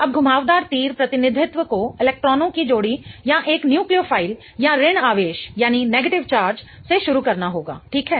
अब घुमावदार तीर प्रतिनिधित्व को इलेक्ट्रॉनों की जोड़ी या एक न्यूक्लियोफाइल या ऋण आवेश से शुरू करना होगा ठीक है